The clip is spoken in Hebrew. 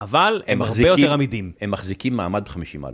אבל הם הרבה יותר עמידים, הם מחזיקים מעמד חמישים מעלות.